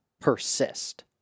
persist